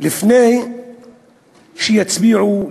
לפני שיצביעו,